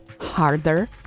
harder